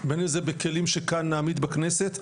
בין אם בכלים שנעמיד כאן בכנסת,